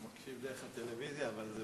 הוא מקשיב דרך הטלוויזיה, אבל זה